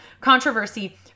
controversy